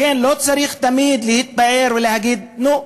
לכן לא צריך תמיד להתפאר ולהגיד: נו,